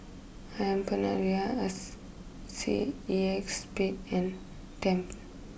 Ayam Penyet Ria C E X Spade and Tempt